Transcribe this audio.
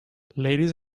ladies